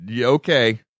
okay